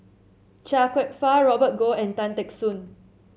Chia Kwek Fah Robert Goh and Tan Teck Soon